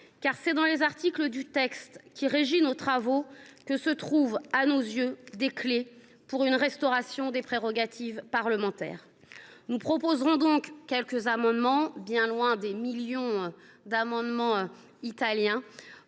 car c’est dans les articles du texte qui régit nos travaux que se trouvent, selon nous, les clés d’une restauration des prérogatives parlementaires. Nous proposerons donc quelques amendements – bien loin des millions déposés au Parlement italien…